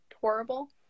horrible